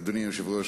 אדוני היושב-ראש,